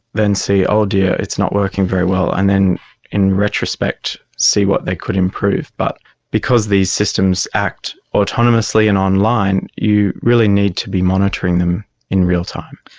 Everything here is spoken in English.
then see, oh dear, it's not working very well, and then in retrospect what they could improve. but because these systems act autonomously and online, you really need to be monitoring them in real time.